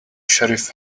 sheriff